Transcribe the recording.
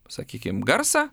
sakykim garsą